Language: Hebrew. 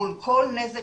מול כל נזק